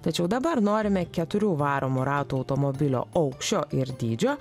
tačiau dabar norime keturių varomų ratų automobilio aukščio ir dydžio